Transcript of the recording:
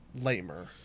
lamer